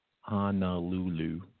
Honolulu